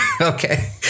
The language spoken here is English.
Okay